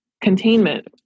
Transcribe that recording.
containment